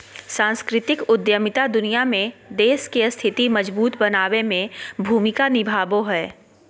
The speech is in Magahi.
सांस्कृतिक उद्यमिता दुनिया में देश के स्थिति मजबूत बनाबे में भूमिका निभाबो हय